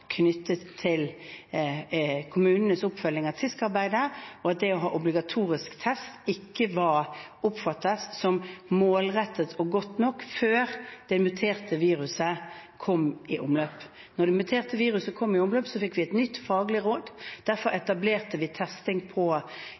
knyttet til kommunenes oppfølging av TISK-arbeidet, og det å ha obligatorisk test ble ikke oppfattet som målrettet og godt nok før det muterte viruset kom i omløp. Da det muterte viruset kom i omløp, fikk vi et nytt faglig råd. Derfor etablerte vi testing på